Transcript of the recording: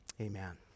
amen